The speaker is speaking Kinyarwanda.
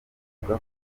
avuga